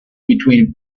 between